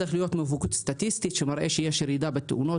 צריכה להיות מובהקות סטטיסטית שמראה שיש ירידה בתאונות